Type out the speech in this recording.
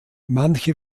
manche